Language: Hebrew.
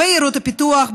בעיירות הפיתוח,